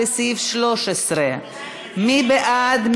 לסעיף 13. מי בעד?